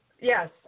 Yes